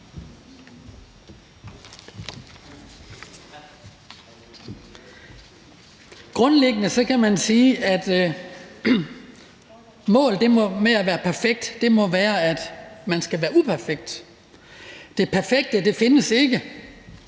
Grundlæggende kan man sige, at målet med at være perfekt må være, at man skal være uperfekt. Det perfekte findes ikke,